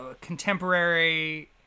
contemporary